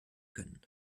können